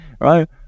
right